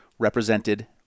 represented